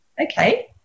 okay